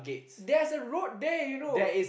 there's a road there you know